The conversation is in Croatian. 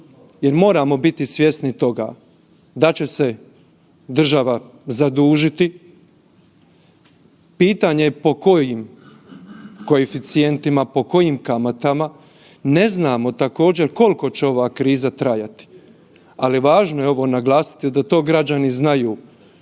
jer moramo biti svjesni toga da će se država zadužiti. Pitanje po kojim koeficijentima, po kojim kamatama. Ne znamo također, koliko će ova kriza trajati, ali važno je ovo naglasiti da to građani znaju.